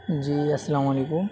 جی السلام علیکم